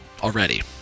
already